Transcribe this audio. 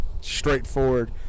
straightforward